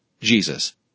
Jesus